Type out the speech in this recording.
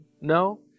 no